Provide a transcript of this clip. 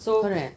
correct